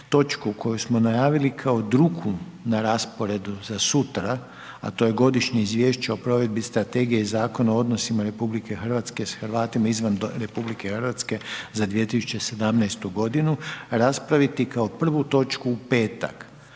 koju smo najavili kao drugu na rasporedu za sutra, a to je Godišnje izvješće o provedbi strategije i zakona o odnosima RH s Hrvatima izvan RH za 2017. g. raspraviti kao prvu točku u petak.